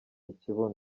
ikibuno